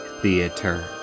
Theater